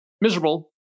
miserable